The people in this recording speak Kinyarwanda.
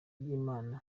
ry’imana